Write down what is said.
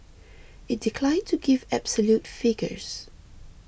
it declined to give absolute figures